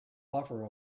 buffer